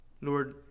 Lord